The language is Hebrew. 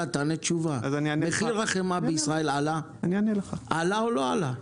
מחיר החמאה בישראל עלה או לא עלה?